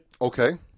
Okay